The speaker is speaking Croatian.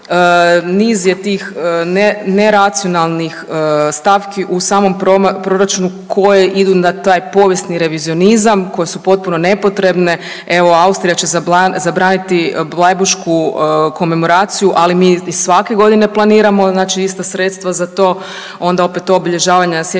Niz je tih neracionalnih stavki u samom proračuna koje idu na taj povijesni revizionizam, koje su potpuno nepotrebne. Evo Austrija će zabraniti blajburšku komemoraciju, ali mi i svake godine planiramo znači ista sredstva za to. Onda opet obilježavanja sjećanja